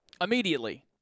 Immediately